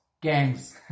gangs